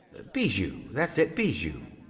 bijou, that's it bijou.